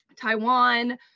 Taiwan